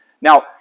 Now